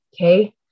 Okay